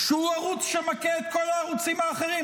שהוא ערוץ שמכה את כל הערוצים האחרים.